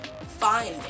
fine